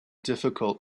difficult